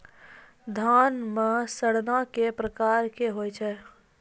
धान म सड़ना कै प्रकार के होय छै?